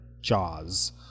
Jaws